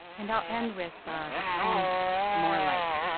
and i'll end with the poem more light.